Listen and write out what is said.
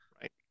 right